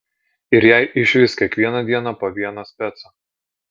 ir jai išvis kiekvieną dieną po vieną specą